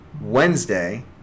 Wednesday